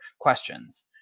questions